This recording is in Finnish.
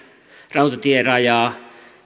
rautatierajaa